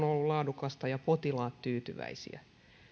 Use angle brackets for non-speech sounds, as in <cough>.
<unintelligible> ollut laadukasta ja potilaat tyytyväisiä